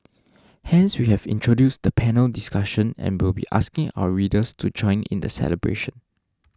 hence we have introduced the panel discussion and will be asking our readers to join in the celebration